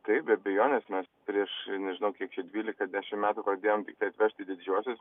taip be abejonės mes prieš nežinau kiek čia dvylika dešimt metų pradėjom tiktai atvežt į didžiuosius